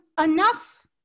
enough